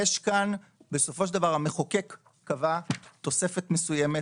בסופו של דבר המחוקק קבע תוספת מסוימת